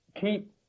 keep